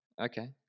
okay